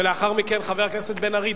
ולאחר מכן חבר הכנסת בן-ארי,